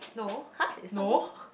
!huh! it's not meh